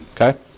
Okay